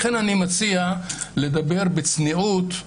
לכן אני מציע לדבר בצניעות.